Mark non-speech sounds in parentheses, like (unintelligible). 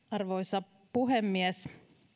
(unintelligible) arvoisa puhemies